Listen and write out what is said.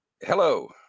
Hello